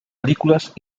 películas